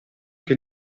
che